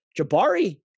Jabari